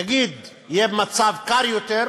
נגיד, יהיה מצב קר יותר,